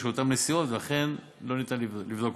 של אותן נסיעות ולכן הן לא ניתנות לבדיקה.